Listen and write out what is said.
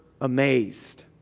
amazed